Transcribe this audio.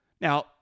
Now